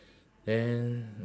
then